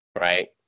Right